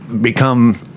become